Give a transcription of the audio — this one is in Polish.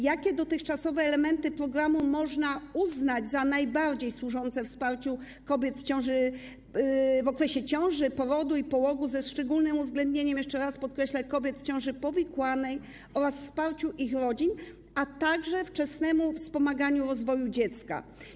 Jakie elementy programu dotychczas można uznać za najbardziej służące wsparciu kobiet w okresie ciąży, porodu i połogu, ze szczególnym uwzględnieniem, jeszcze raz podkreślę, kobiet w ciąży powikłanej, oraz wsparciu ich rodzin, a także wczesnemu wspomaganiu rozwoju dziecka?